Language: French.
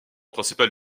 principal